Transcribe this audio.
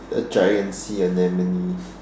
a giant sea anemones